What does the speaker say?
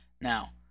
Now